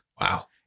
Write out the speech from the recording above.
Wow